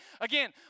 Again